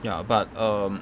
ya but um